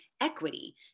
equity